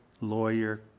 lawyer